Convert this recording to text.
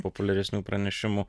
populiaresnių pranešimų